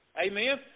Amen